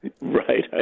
Right